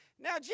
Now